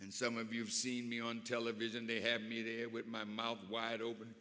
and some of you have seen me on television they have me there with my mouth wide open